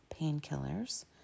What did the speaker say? painkillers